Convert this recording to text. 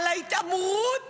על התעמרות